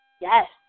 Yes